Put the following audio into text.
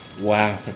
Wow